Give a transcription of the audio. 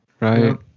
Right